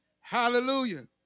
Hallelujah